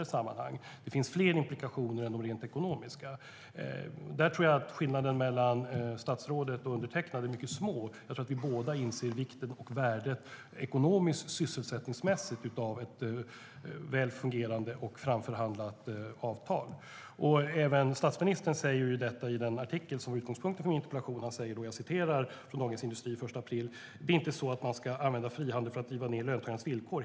Det finns fler implikationer än de rent ekonomiska. Där tror jag att skillnaderna mellan statsrådet och undertecknad är mycket små. Jag tror att vi båda inser vikten och värdet både ekonomiskt och sysselsättningsmässigt av ett väl fungerande och framförhandlat avtal. Även statsministern säger i den artikel i Dagens Industri den 1 april som var utgångspunkten för min interpellation att det inte är så att man ska använda frihandel för att driva ned löntagarnas villkor.